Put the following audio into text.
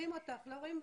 מייעוץ